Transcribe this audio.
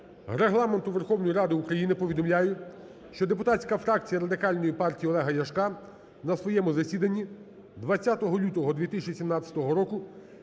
Регламенту Верховної Ради України повідомляю, що депутатська фракція Радикальної партії Олега Ляшка на своєму засіданні 20 лютого 2017 року